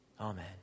Amen